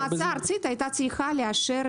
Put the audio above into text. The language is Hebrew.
מועצה ארצית הייתה צריכה לאשר.